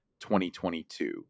2022